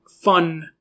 fun